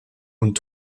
und